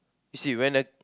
you see when the